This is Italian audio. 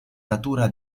natura